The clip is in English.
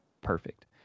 perfect